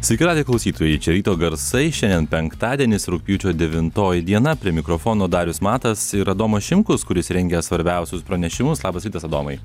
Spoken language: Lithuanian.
sveiki radijo klausytojai čia ryto garsai šiandien penktadienis rugpjūčio devintoji diena prie mikrofono darius matas ir adomas šimkus kuris rengia svarbiausius pranešimus labas rytas adomai